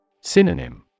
Synonym